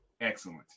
excellent